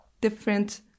different